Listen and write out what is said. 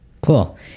Cool